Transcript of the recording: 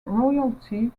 royalty